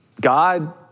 God